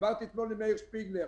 דיברתי אתמול עם מאיר שפיגלר